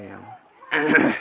खेलाया